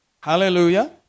Hallelujah